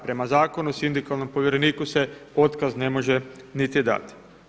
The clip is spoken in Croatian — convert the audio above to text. Prema Zakonu o sindikalnom povjereniku se otkaz ne može niti dati.